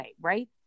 right